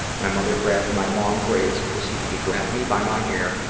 my mother grabbed my long braids and proceeded to drag me by my hair,